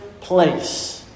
place